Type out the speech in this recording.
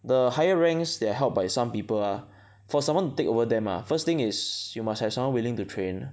the higher ranks that are held by some people ah for someone to take over them ah first thing is you must have someone willing to train